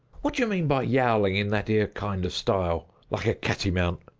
what do you mean by yowling in that ere kind of style, like a cattymount?